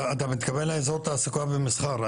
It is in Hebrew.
אתה מתכוון לאזור תעסוקה ומסחר,